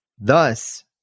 Thus